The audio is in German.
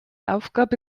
aufgabe